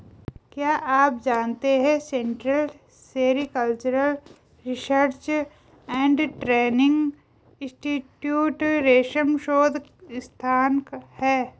क्या आप जानते है central sericultural research and training institute रेशम शोध संस्थान है?